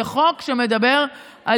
זה חוק שמדבר על